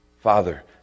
Father